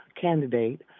candidate